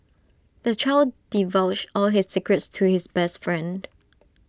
the child divulged all his secrets to his best friend